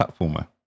platformer